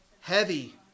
Heavy